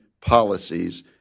policies